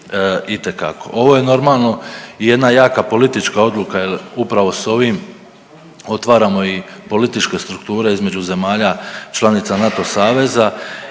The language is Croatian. Ovo je normalno jedna jaka politička odluka jel upravo s ovim otvaramo i političke strukture između zemalja članica NATO saveza